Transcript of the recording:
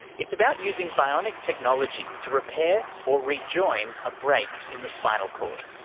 it's about using bionic technology to repair or re-join a break in the spinal cord.